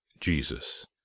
jesus